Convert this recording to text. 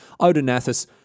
Odonathus